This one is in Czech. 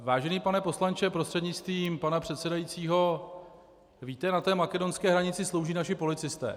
Vážený pane poslanče prostřednictvím pana předsedajícího, víte, na té makedonské hranici slouží naši policisté.